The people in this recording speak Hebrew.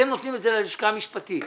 אתם נותנים את זה ללשכה המשפטית,